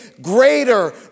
greater